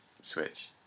Switch